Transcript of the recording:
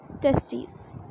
testes